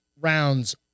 rounds